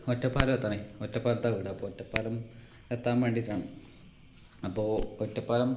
ഒറ്റപ്പാലം എത്തണം ഒറ്റപ്പാലത്താണ് വീട് അപ്പോൾ ഒറ്റപ്പാലം എത്താൻ വേണ്ടീട്ടാണ് അപ്പോൾ ഒറ്റപ്പാലം